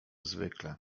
zwykle